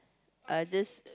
I just